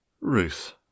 Ruth